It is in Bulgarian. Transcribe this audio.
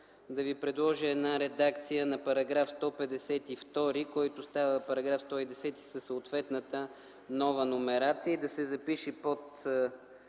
да ви предложа една редакция на § 152, който става § 110, със съответната нова номерация и да се запише под